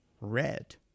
red